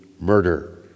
murder